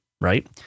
right